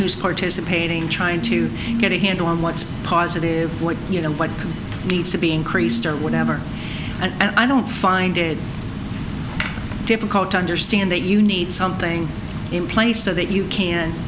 who's participating trying to get a handle on what's positive what you know what needs to be increased or whatever and i don't find it difficult to understand that you need something in place so that you